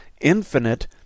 infinite